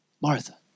Martha